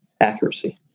accuracy